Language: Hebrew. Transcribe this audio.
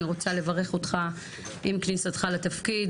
אני רוצה לברך אותך עם כניסתך לתפקיד,